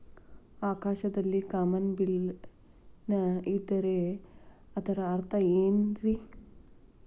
ಆಕಾಶದಲ್ಲಿ ಕಾಮನಬಿಲ್ಲಿನ ಇದ್ದರೆ ಅದರ ಅರ್ಥ ಏನ್ ರಿ?